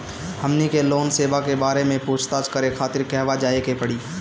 हमनी के लोन सेबा के बारे में पूछताछ करे खातिर कहवा जाए के पड़ी?